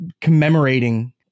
commemorating